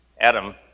Adam